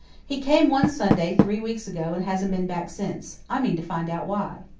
he came one sunday three weeks ago and hasn't been back since. i mean to find out why.